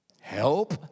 Help